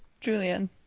Julian